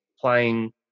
playing